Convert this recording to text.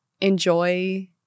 enjoy